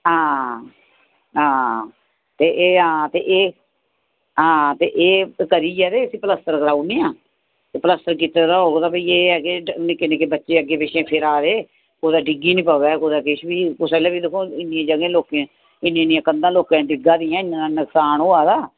हां हां हां ते एह् हां ते एह् हां हां ते एह् करियै ते इसी प्लस्तर करवाउने आं ते प्लस्तर कीते दा होग ते फ्ही एह् ऐ जे निक्के निक्के बच्चे अग्गें पिच्छे फिरा दे कुदै डिग्गी नी पवै कुदै किश बी कुस बेल्लै बी दिक्खो इन्नियें जगह लोकें इन्नियां इन्नियां कंधा लोकें दियां डिग्गां दियां इन्ना नकसान होआ दा